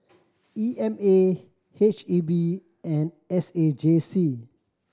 E M A H E B and S A J C